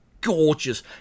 gorgeous